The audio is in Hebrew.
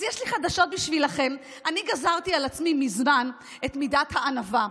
אז יש לי חדשות בשבילכם: אני גזרתי על עצמי מזמן את מידת הענווה.